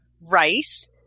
rice